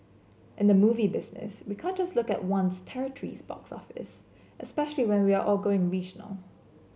in the movie business we can't just look at one territory's box office especially when we are all going regional